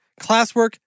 classwork